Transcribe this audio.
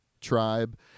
tribe